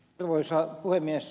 arvoisa puhemies